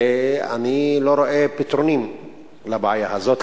ואני לא רואה פתרונים לבעיה הזאת,